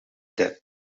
death